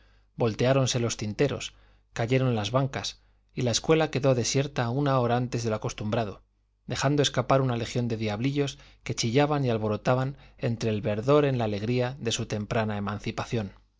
anaqueles volteáronse los tinteros cayeron las bancas y la escuela quedó desierta una hora antes de lo acostumbrado dejando escapar una legión de diablillos que chillaban y alborotaban entre el verdor en la alegría de su temprana emancipación